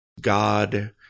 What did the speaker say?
God